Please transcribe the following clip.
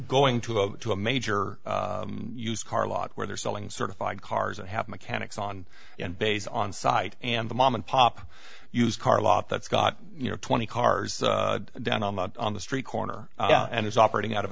going to go to a major used car lot where they're selling certified cars and have mechanics on base on site and the mom and pop used car lot that's got you know twenty cars down on the on the street corner and it's operating out of